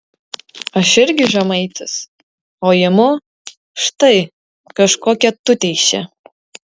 aš irgi žemaitis o imu štai kažkokią tuteišę